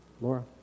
Laura